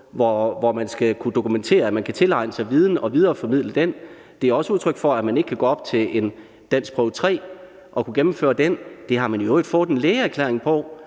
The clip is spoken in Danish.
hvor man skal kunne dokumentere, at man kan tilegne sig viden og videreformidle den. Det handler også om, at man ikke kan gå op til danskprøve 3 og gennemføre den. Det har man i øvrigt fået en lægeerklæring på,